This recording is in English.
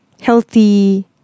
healthy